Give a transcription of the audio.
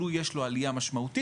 לו יש לו עלייה משמעותית,